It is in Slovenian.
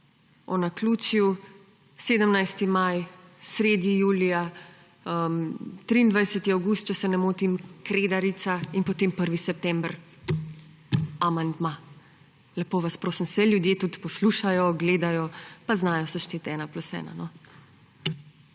o naključju: 17. maj, sredi julija, 23. avgust, če se ne motim, Kredarica in potem 1. september amandma. Lepo vas prosim, saj ljudje tudi poslušajo, gledajo, pa znajo sešteti ena plus ena.